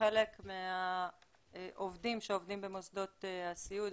חלק מהעובדים שעובדים במוסדות הסיעוד,